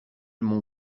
mon